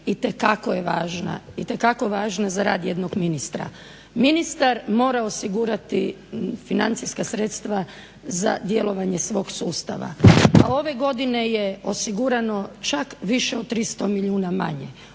itekako važna za rad jednog ministra. Ministar mora osigurati financijska sredstva za djelovanje svog sustava, a ove godine je osigurano čak više od 300 milijuna manje.